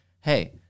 hey